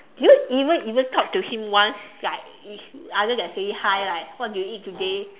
did you even even talk to him once like other than saying hi right what did you eat today